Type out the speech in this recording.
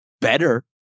better